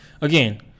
again